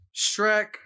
Shrek